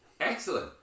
Excellent